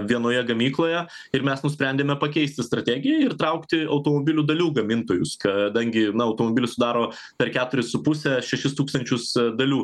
vienoje gamykloje ir mes nusprendėme pakeisti strategiją ir traukti automobilių dalių gamintojus kadangi na automobilį sudaro per keturis su puse šešis tūkstančius dalių